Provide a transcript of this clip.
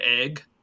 egg